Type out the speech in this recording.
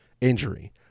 injury